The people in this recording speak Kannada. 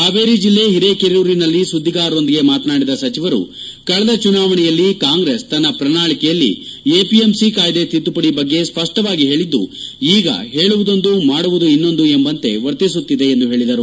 ಹಾವೇರಿ ಜಿಲ್ಲೆ ಹಿರೇಕೆರೂರಿನಲ್ಲಿ ಸುದ್ವಿಗಾರರೊಂದಿಗೆ ಮಾತನಾಡಿದ ಸಚಿವರು ಕಳೆದ ಚುನಾವಣೆಯಲ್ಲಿ ಕಾಂಗ್ರೆಸ್ ತನ್ನ ಪ್ರಣಾಳಿಕೆಯಲ್ಲಿ ಎಪಿಎಂಸಿ ಕಾಯ್ದೆ ತಿದ್ದುಪಡಿ ಬಗ್ಗೆ ಸ್ಪಷ್ಟವಾಗಿ ಹೇಳಿದ್ದು ಈಗ ಹೇಳುವುದೊಂದು ಮಾಡುವುದು ಇನ್ನೊಂದು ಎಂಬಂತೆ ವರ್ತಿಸುತ್ತಿದೆ ಎಂದು ಹೇಳಿದರು